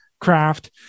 craft